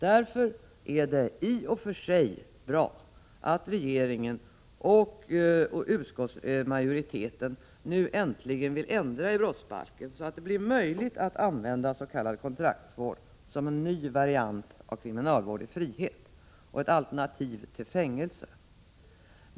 Därför är det i och för sig bra att regeringen och utskottsmajoriteten nu äntligen vill ändra i brottsbalken, så att det blir möjligt att använda s.k. kontraktsvård som en ny variant av kriminalvård i frihet och som ett alternativ till fängelse.